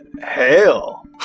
hell